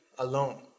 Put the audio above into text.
Alone